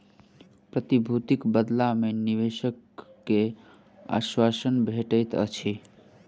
प्रतिभूतिक बदला मे निवेशक के आश्वासन भेटैत अछि